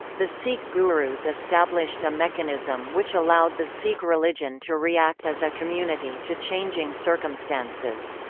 the sikh gurus established a mechanism which allowed the sikh religion to react as a community to changing circumstances.